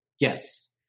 Yes